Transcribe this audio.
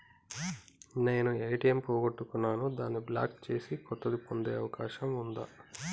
నేను ఏ.టి.ఎం పోగొట్టుకున్నాను దాన్ని బ్లాక్ చేసి కొత్తది పొందే అవకాశం ఉందా?